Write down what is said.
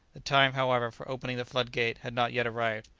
the time, however, for opening the flood-gate had not yet arrived.